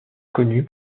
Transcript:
connue